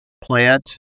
plant